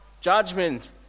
judgment